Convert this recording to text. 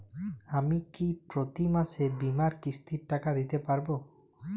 আমি কি প্রতি মাসে বীমার কিস্তির টাকা দিতে পারবো?